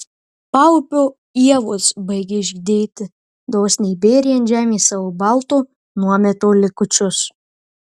paupio ievos baigė žydėti dosniai bėrė ant žemės savo balto nuometo likučius